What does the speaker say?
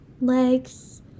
legs